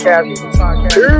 Podcast